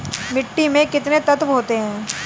मिट्टी में कितने तत्व होते हैं?